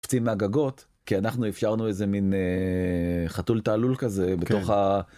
קופצים מהגגות כי אנחנו אפשרנו איזה מין חתול תעלול כזה בתוך.כן.